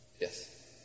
Yes